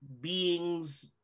beings